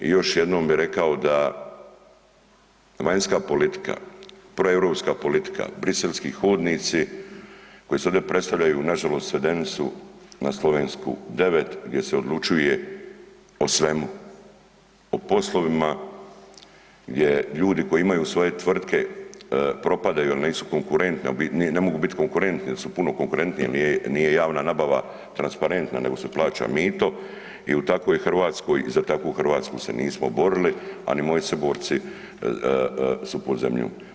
I još jednom bi rekao da vanjska politika, proeuropska politika, briselski hodnici koji se ovdje predstavljaju nažalost svedeni su na Slovensku 9 gdje se odlučuje o svemu, o poslovima gdje ljudi koji imaju svoje tvrtke propadaju jer nisu konkurentni, a ne mogu biti konkurentni jer su puno konkurentnije nije javna nabava transparenta nego se plaća mito i u takvoj Hrvatskoj i za takvu Hrvatsku se nismo borili, a ni moji se borci, su pod zemljom.